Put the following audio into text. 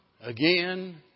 again